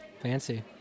fancy